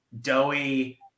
doughy